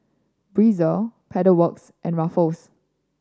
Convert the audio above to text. Breezer Pedal Works and Ruffles